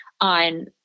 on